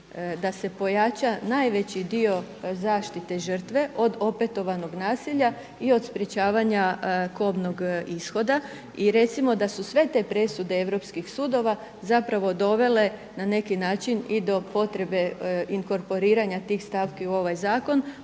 da se pojača najveći dio zaštite žrtve od opetovanog nasilja i od sprečavanja kobnoga ishoda. I recimo da su sve te presude europskih sudova dovele na neki način i do potrebe inkorporiranja tih stavki u ovaj zakon